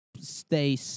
stay